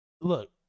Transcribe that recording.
Look